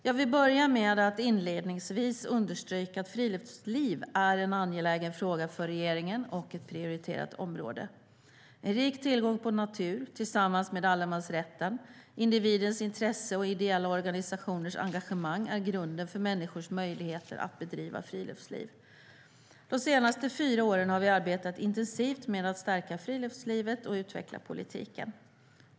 Jag vill inledningsvis understryka att friluftsliv är en angelägen fråga för regeringen och ett prioriterat område. En rik tillgång på natur, tillsammans med allemansrätten, individens intresse och ideella organisationers engagemang är grunden för människors möjligheter att bedriva friluftsliv. De senaste fyra åren har vi arbetat intensivt med att stärka friluftslivet och utveckla politiken.